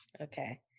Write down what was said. Okay